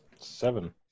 Seven